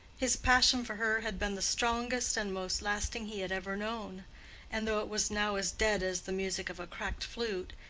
his passion for her had been the strongest and most lasting he had ever known and though it was now as dead as the music of a cracked flute,